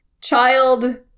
child